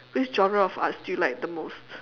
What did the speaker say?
which genre of arts do you like the most